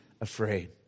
afraid